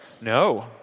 no